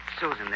Susan